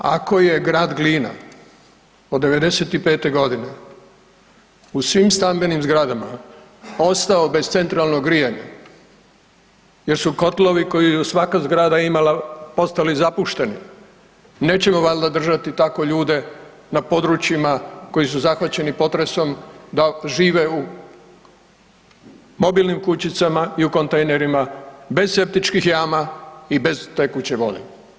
Ako je grad Glina od '95.g. u svim stambenim zgradama ostao bez centralnog grijanja jer su kotlovi koju je svaka zgrada imala postali zapušteni, nećemo valjda držati tako ljude na područjima koji su zahvaćeni potresom da žive u mobilnim kućicama i u kontejnerima bez septičkih jama i bez tekuće vode.